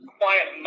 quiet